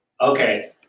Okay